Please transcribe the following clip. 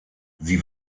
sie